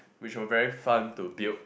which were very fun to build